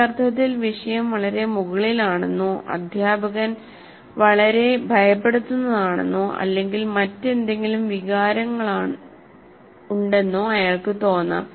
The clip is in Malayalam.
ഒരർത്ഥത്തിൽ വിഷയം വളരെ മുകളിലാണെന്നോ അധ്യാപകൻ വളരെ ഭയപ്പെടുത്തുന്നതാണെന്നോ അല്ലെങ്കിൽ മറ്റെന്തെങ്കിലും വികാരങ്ങളാണെന്നോ അയാൾക്ക് തോന്നാം